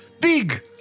big